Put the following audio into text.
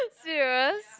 serious